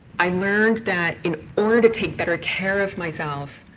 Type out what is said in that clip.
i learned that in order to take better care of myself,